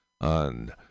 on